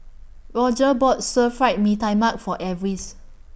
Roger bought Stir Fried Mee Tai Mak For Alvis